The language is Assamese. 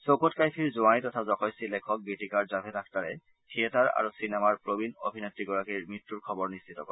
চৌকট কাইফীৰ জোঁৱাই তথা যশস্নী লেখক গীতিকাৰ জাভেদ আখটাৰে থিয়েটাৰ আৰু চিনেমাৰ প্ৰবীণ অভিনেত্ৰীগৰাকী মৃত্যুৰ খবৰ নিশ্বিত কৰে